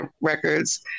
records